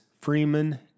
Freeman